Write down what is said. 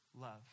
Love